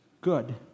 good